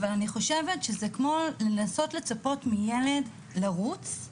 אבל אני חושבת שזה כמו לנסות לצפות מילד לרוץ,